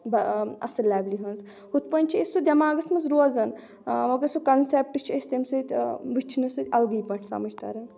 اَصٕل لیولہِ ہِنٛز ہُتھ پٲٹھۍ چھِ أسۍ سُہ دٮ۪ماغَس منٛز روزان مَگر سُہ کَنسیپٹ چھُ أسۍ تمہِ سۭتۍ وُچھنہٕ سۭتۍ اَلگٕے پٲٹھۍ سَمجھ تران